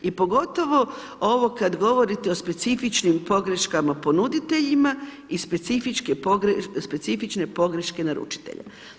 I pogotovo ovo kad govorite o specifičnim pogreškama ponuditeljima i specifične pogreške naručitelja.